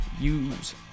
use